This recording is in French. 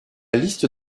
liste